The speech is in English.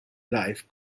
life